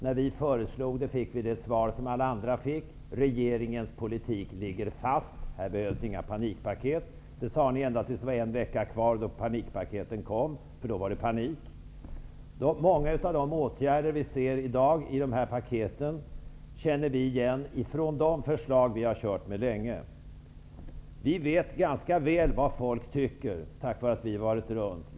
När vi föreslog ett krispaket fick vi samma svar som alla andra: Regeringens politik ligger fast. Här behövs inga panikpaket. Det sade man ända tills det var en vecka kvar innan panikpaketeten kom -- för då var det panik. Många av de åtgärder vi i dag ser i paketen känner vi igen från de förslag vi fört fram sedan länge. Vi vet ganska väl vad folk tycker, tack vare att vi varit ute bland människorna.